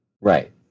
Right